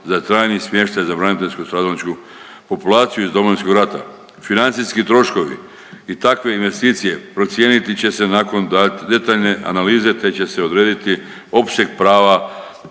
za trajni smještaj za braniteljsko-stradalničku populaciju iz Domovinskog rata. Financijski troškovi i takve investicije procijeniti će se nakon detaljnije analize te će se odrediti opseg prava